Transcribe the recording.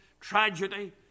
tragedy